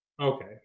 Okay